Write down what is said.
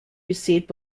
received